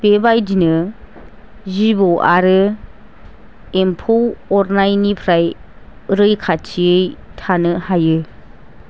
बेबायदिनो जिबौ आरो एम्फौ अरनायनिफ्राय रैखाथियै थानो हायो